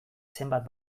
zenbat